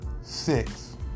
Six